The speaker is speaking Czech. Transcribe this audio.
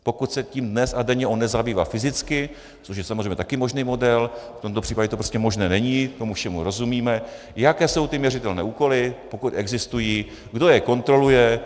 Pokud se tím dnes a denně on nezabývá fyzicky, což je samozřejmě také možný model, v tomto případě to prostě možné není, tomu všemu rozumíme, jaké jsou ty měřitelné úkoly, pokud existují, kdo je kontroluje?